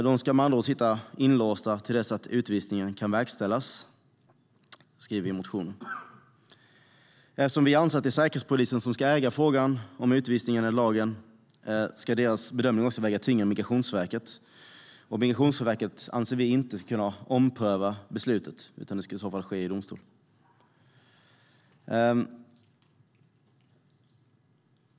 De ska sitta inlåsta till dess att utvisningen kan verkställas, skriver vi i motionen. Eftersom vi anser att det är Säkerhetspolisen som ska äga frågan om utvisning enligt lagen ska deras bedömning väga tyngre än Migrationsverkets. Vi anser inte att Migrationsverket ska kunna ompröva beslutet, utan det ska i så fall ske i domstol.